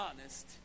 honest